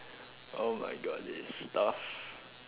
oh my god this is tough